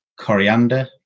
coriander